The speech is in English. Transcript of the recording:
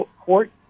court